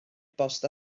bost